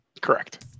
Correct